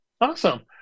Awesome